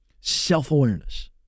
Self-awareness